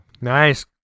Nice